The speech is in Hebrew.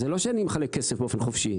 זה לא שאני מחלק כסף באופן חופשי.